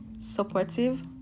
supportive